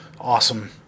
awesome